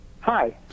Hi